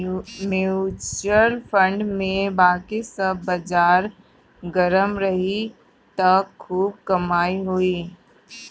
mutual fund में बाकी जब बाजार गरम रही त खूब कमाई होई